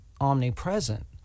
omnipresent